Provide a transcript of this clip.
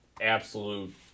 absolute